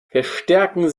verstärken